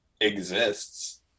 exists